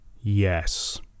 Yes